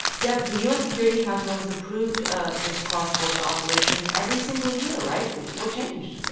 deb, the u n. security council has approved ah this cross-border operation every single year, right? what changed?